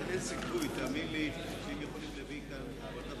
ההסתייגות לחלופין הראשונה של קבוצת סיעת חד"ש לסעיף 1 לא